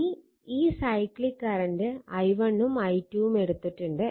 ഇനി ഈ cyclic current i1 ഉം i2 ഉം എടുത്തിട്ടുണ്ട്